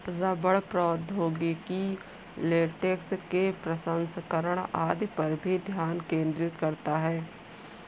रबड़ प्रौद्योगिकी लेटेक्स के प्रसंस्करण आदि पर भी ध्यान केंद्रित करता है